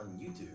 YouTube